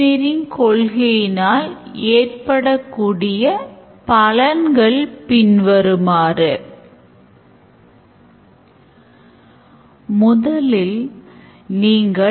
எனவே இந்தactors ஒவ்வொருவரும் பயன்படுத்தக்கூடிய use caseகள் என்ன என்பதை நாம் அடையாளம் காண ஆரம்பிக்கலாம்